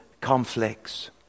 conflicts